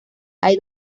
hay